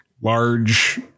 large